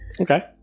Okay